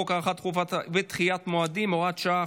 הארכת תקופות ודחיית מועדים (הוראת שעה,